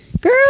Girl